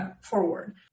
forward